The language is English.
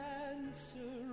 answer